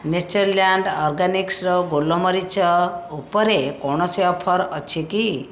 Natureland ଅର୍ଗାନିକ୍ସ୍ର ଗୋଲମରିଚ ଉପରେ କୌଣସି ଅଫର୍ ଅଛି କି